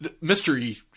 mystery